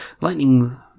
Lightning